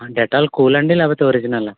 Dettol cool అండి లేకపోతే original